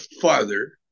father